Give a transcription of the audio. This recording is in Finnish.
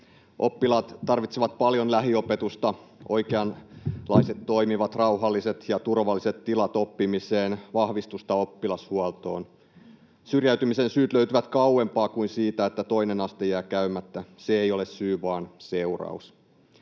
Oppilaat tarvitsevat paljon lähiopetusta, oikeanlaiset, toimivat, rauhalliset ja turvalliset tilat oppimiseen sekä vahvistusta oppilashuoltoon. Syrjäytymisen syyt löytyvät kauempaa kuin siitä, että toinen aste jää käymättä. Se ei ole syy vaan seuraus.